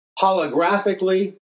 holographically